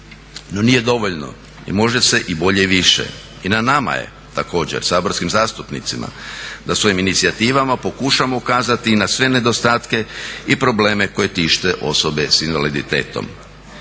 No, nije dovoljno. I može se i bolje i više. I na nama je također saborskim zastupnicima da svojim inicijativama pokušamo ukazati i na sve nedostatke i probleme koje tište osobe sa invaliditetom.